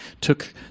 took